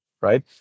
right